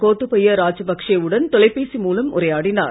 கோத்தபய ராஜபக்சே உடன் தொலைபேசி மூலம் உரையாடினார்